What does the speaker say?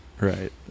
Right